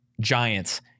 giants